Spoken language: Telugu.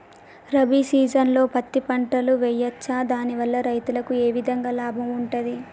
రబీ సీజన్లో పత్తి పంటలు వేయచ్చా దాని వల్ల రైతులకు ఏ విధంగా లాభం ఉంటది?